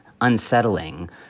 unsettling